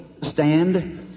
stand